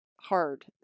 hard